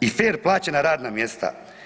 i fer plaćena radna mjesta.